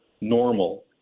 normal